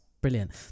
brilliant